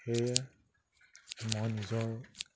সেয়ে মই নিজৰ